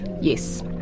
Yes